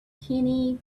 skinny